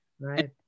Right